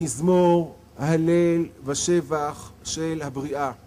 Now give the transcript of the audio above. מיזמור הלל ושבח של הבריאה